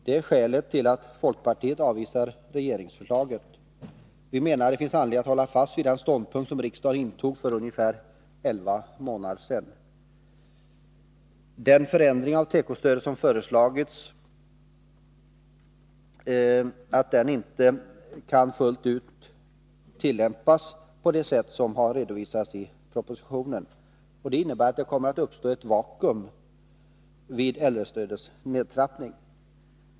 Det är skälet till att folkpartiet avvisar regeringsförslaget. Vi menar att det finns anledning att hålla fast vid den ståndpunkt som riksdagen intog för ungefär elva månader sedan. Den förändring av tekostödet som föreslagits kan inte under det närmaste året fullt ut tillämpas på det sätt som har redovisats i propositionen. Det innebär att det kommer att uppstå ett vakuum vid äldrestödets nedtrappning.